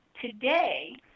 today